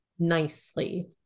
nicely